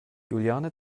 juliane